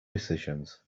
decisions